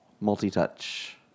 Multi-touch